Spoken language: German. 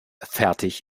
fertig